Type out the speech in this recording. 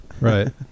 Right